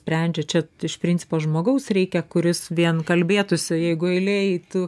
sprendžia čia iš principo žmogaus reikia kuris vien kalbėtųsi jeigu eilė eitų